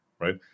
right